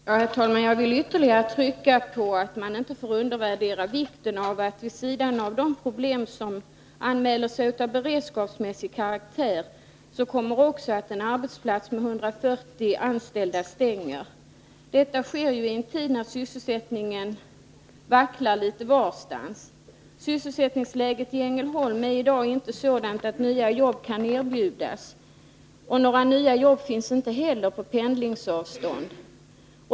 Herr talman! Jag vill ytterligare trycka på att man inte — vid sidan av de problem av beredskapsmässig karaktär som anmäler sig — får undervärdera vikten av att en arbetsplats med 140 anställda stänger. Detta sker i en tid då sysselsättningen vacklar litet varstans. Sysselsättningsläget i Ängelholm är i dag inte sådant att nya jobb kan erbjudas. Några nya jobb finns inte heller på pendlingsavstånd.